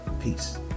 Peace